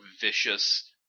vicious